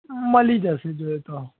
મલી જસે જોઇયે તો